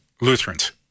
Lutherans